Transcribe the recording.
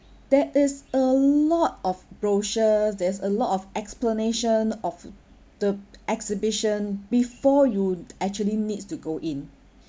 there is a lot of brochures there's a lot of explanation of the exhibition before you actually needs to go in